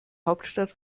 hauptstadt